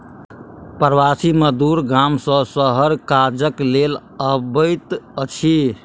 प्रवासी मजदूर गाम सॅ शहर काजक लेल अबैत अछि